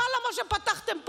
ואללה, באב אללה מה שפתחתם פה.